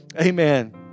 Amen